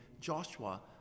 joshua